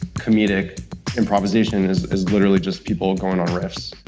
comedic improvisation is is literally just people going on riffs.